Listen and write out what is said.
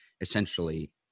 essentially